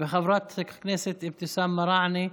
וחברת הכנסת אבתיסאם מראענה,